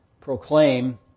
proclaim